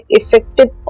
effective